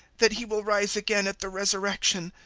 that he will rise again at the resurrection,